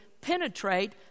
penetrate